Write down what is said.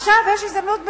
עכשיו יש הזדמנות מצוינת,